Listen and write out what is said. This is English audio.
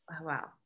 wow